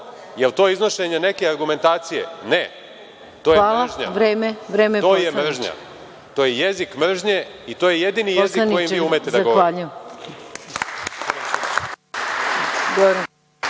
jel to iznošenje neke argumentacije? Ne, to je mržnja. To je jezik mržnje i to je jedini jezik kojim vi umete da govorite.